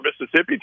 Mississippi